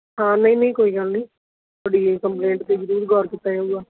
ਹਾਂ ਨਹੀਂ ਨਹੀਂ ਕੋਈ ਗੱਲ ਨਹੀਂ ਤੁਹਾਡੀ ਇਹ ਕੰਪਲੇਂਟ 'ਤੇ ਜ਼ਰੂਰ ਗੌਰ ਕੀਤਾ ਜਾਊਗਾ